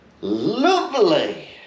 Lovely